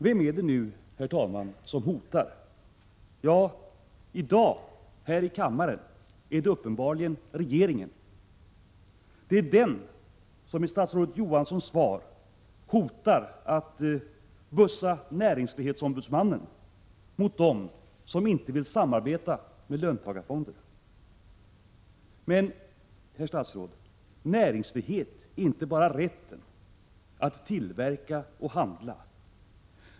Vem är det nu, herr talman, som hotar? Ja, i dag här i kammaren är det uppenbarligen regeringen. Det är den som i statsrådet Johanssons svar hotar att bussa näringsfrihetsombudsmannen på dem som inte vill samarbeta med löntagarfonderna. Men, herr statsråd, näringsfrihet är inte bara rätten att tillverka och handla.